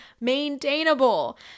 maintainable